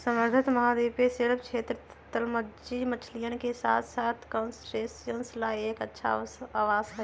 समृद्ध महाद्वीपीय शेल्फ क्षेत्र, तलमज्जी मछलियन के साथसाथ क्रस्टेशियंस ला एक अच्छा आवास हई